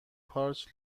پارچ